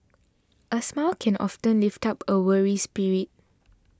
a smile can often lift up a weary spirit